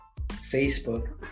Facebook